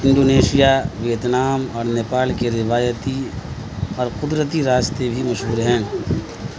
Indonesia Vietnam اور نیپال کے روایتی اور قدرتی راستے بھی مشہور ہیں